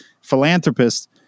philanthropist